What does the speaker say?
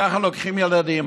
כך לוקחים ילדים,